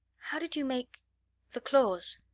how did you make the claws?